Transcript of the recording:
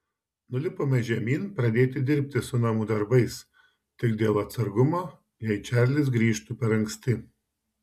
nulipome žemyn pradėti dirbti su namų darbais tik dėl atsargumo jei čarlis grįžtų per anksti